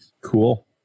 Cool